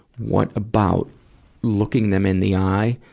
what about looking them in the eye,